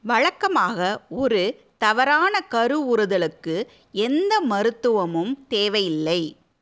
வழக்கமாக ஒரு தவறான கருவுறுதலுக்கு எந்த மருத்துவமும் தேவையில்லை